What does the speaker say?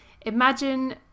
imagine